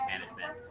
management